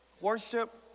Worship